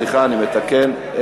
אני מתקן.